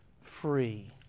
free